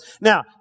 Now